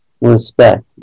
respect